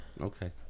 okay